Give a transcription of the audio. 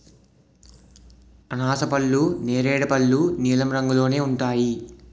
అనాసపళ్ళు నేరేడు పళ్ళు నీలం రంగులోనే ఉంటాయి